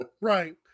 Right